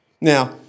Now